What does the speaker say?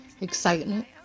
excitement